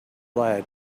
lad